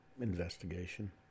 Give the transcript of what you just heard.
Investigation